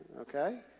Okay